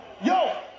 yo